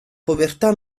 povertà